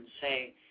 say